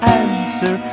answer